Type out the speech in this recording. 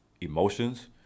emotions